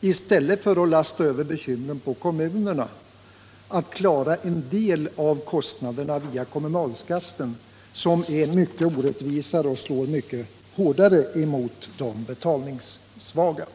i stället för att lasta över på kommunerna att klara en del av kostnaderna via kommunalskatten, som är mycket orättvisare och slår mycket hårdare mot de betalningssvaga?